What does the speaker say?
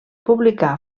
publicà